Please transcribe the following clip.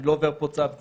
אני לא עובר פה צו-צו.